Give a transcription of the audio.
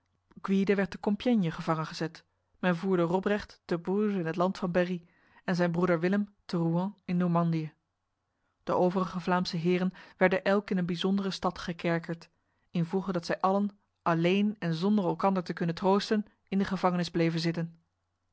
gwyde werd te compiègne gevangen gezet men voerde robrecht te bourges in het land van berry en zijn broeder willem te rouen in normandië de overige vlaamse heren werden elk in een bijzondere stad gekerkerd invoege dat zij allen alleen en zonder elkander te kunnen troosten in de gevangenis bleven zitten